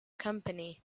company